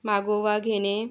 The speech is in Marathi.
मागोवा घेणे